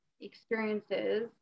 experiences